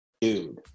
dude